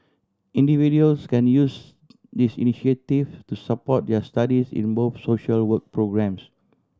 individuals can use these initiative to support their studies in both social work programmes